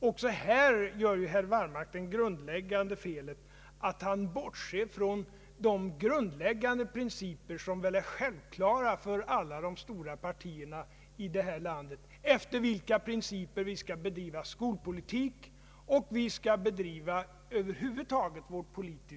Också i detta avseende har herr Wallmark gjort det grundläggande felet att han bortser från de principer som är självklara för alla i de stora partierna i detta land. Efter dessa principer skall vi bedriva vår skolpolitik och vårt politiska arbete över huvud taget.